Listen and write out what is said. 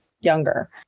younger